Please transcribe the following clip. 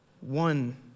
one